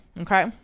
okay